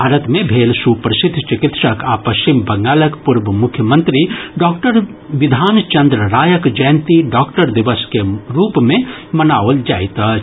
भारत मे भेल सुप्रसिद्ध चिकित्सक आ पश्चिम बंगालक पूर्व मुख्यमंत्री डॉक्टर विधान चंद्र रायक जयंती डॉक्टर दिवस के रूप मे मनाओल जाइत अछि